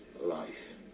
life